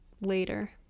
later